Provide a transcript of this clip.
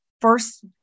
first